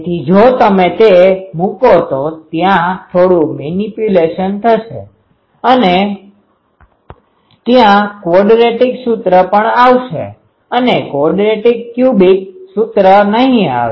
તેથી જો તમે તે મુકો તો ત્યાં થોડું મેનીપ્યુલેશન થશે અને ત્યાં ક્વોડરેટીક સુત્ર પણ આવશે અને ક્વોડરેટીક ક્યુબીક સૂત્ર નહિ આવે